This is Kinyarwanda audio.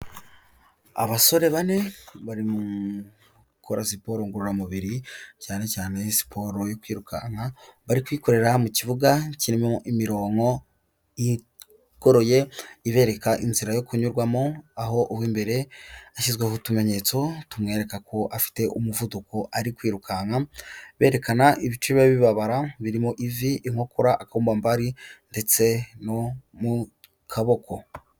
Abasore bane bari gukora siporo ngororamubiri cyane cyane siporo yo kwirukanka bari kuyikorera mu kibuga kirimo imirongo igoroye ibereka inzira yo kunyurwamo aho uw'imbere yashyizweho utumenyetso tumwereka ko afite umuvuduko ari kwirukanka, berekana ibice biba bibabara birimo ivi inkokora, akagombambari ndetse no mu kaboko.